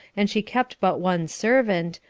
and she kept but one servant,